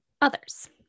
others